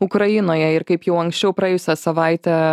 ukrainoje ir kaip jau anksčiau praėjusią savaitę